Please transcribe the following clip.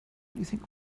anything